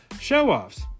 Show-offs